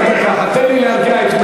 אתה לא יכול להפריע ככה.